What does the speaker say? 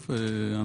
טוב,